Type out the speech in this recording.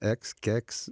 eks keks